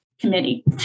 committee